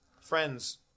friends